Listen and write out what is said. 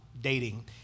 dating